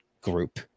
group